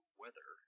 weather